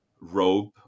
robe